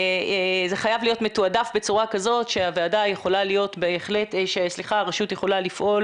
זה צריך להיות מתועדף בצורה כזאת שהרשות יכולה לפעול